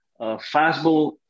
fastball